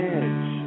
edge